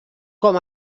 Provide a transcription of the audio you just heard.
com